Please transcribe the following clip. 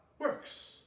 works